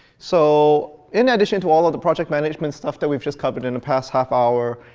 so in addition to all of the project management stuff that we've just covered in the past half hour,